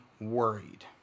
worried